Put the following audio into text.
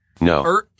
No